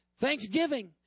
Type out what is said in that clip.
Thanksgiving